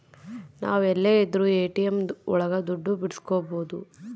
ನಾವ್ ಎಲ್ಲೆ ಇದ್ರೂ ಎ.ಟಿ.ಎಂ ಒಳಗ ದುಡ್ಡು ಬಿಡ್ಸ್ಕೊಬೋದು